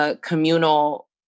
communal